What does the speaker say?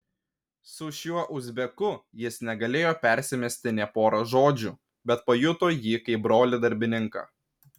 su šiuo uzbeku jis negalėjo persimesti nė pora žodžių bet pajuto jį kaip brolį darbininką